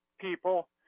people